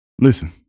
listen